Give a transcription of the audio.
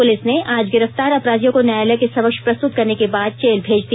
police ने आज गिरफ्तार अपराधियों को न्यायालय के समक्ष प्रस्तुत करने के बाद जेल भेज दिया